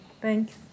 thanks